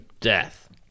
death